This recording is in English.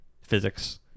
physics